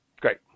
great